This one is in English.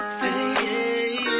face